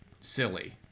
silly